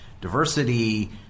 diversity